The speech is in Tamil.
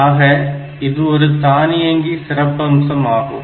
ஆக இது ஒரு தானியங்கி சிறப்பம்சம் ஆகும்